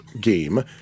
game